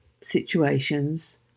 situations